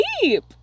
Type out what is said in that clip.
deep